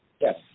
Yes